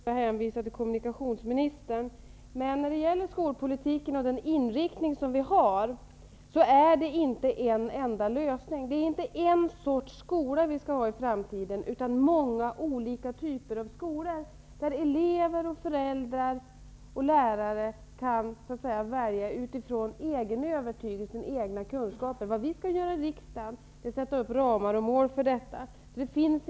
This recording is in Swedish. Herr talman! När det gäller vägar får jag hänvisa till kommunikationsministern. kolpolitiken är inte inriktad på en enda lösning. Vi skall inte ha en sorts skola i framtiden, utan många olika typer av skolor, där elever, föräldrar och lärare kan välja utifrån egen övertygelse, med egna kunskaper. Vad vi skall göra i riksdagen är att sätta upp ramar och mål för detta.